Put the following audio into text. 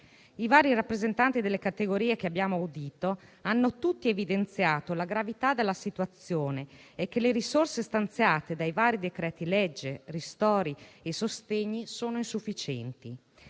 I vari rappresentanti delle categorie, che abbiamo audito, hanno tutti evidenziato la gravità della situazione e il fatto che le risorse stanziate dai vari decreti-legge ristori e sostegni sono insufficienti.